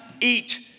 eat